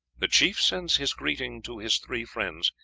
the chief sends his greeting to his three friends,